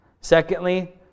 Secondly